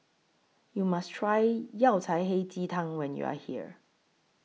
YOU must Try Yao Cai Hei Ji Tang when YOU Are here